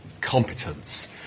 competence